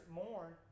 mourn